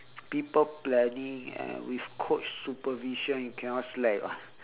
people planning and with coach supervision you cannot slack [what]